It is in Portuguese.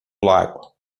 lago